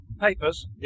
papers